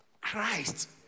Christ